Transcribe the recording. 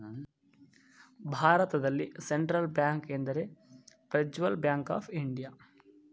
ಭಾರತದಲ್ಲಿ central bank ಎಂದರೆ ಪ್ರಜ್ವಲ್ ಬ್ಯಾಂಕ್ ಆಫ್ ಇಂಡಿಯಾ